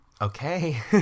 Okay